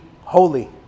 holy